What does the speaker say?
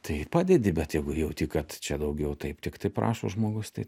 tai padedi bet jeigu jauti kad čia daugiau taip tiktai prašo žmogus tai